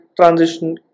transition